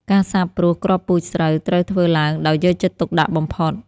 ការសាបព្រួសគ្រាប់ពូជស្រូវត្រូវធ្វើឡើងដោយយកចិត្តទុកដាក់បំផុត។